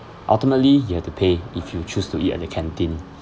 ultimately you have to pay if you choose to eat at the canteen